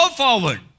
forward